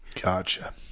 Gotcha